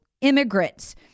immigrants